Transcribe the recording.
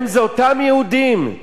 הם זה אותם יהודים,